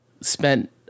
spent